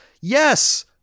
yes